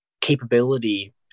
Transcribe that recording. capability